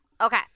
Okay